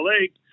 lake